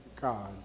God